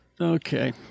Okay